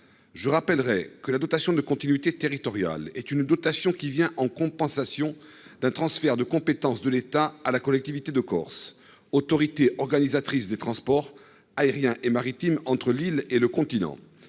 je rappellerai que la dotation de continuité territoriale est une dotation qui vient en compensation d'un transfert de compétences de l'État à la collectivité de Corse, autorité organisatrice des transports aériens et maritimes entre l'île et le continent,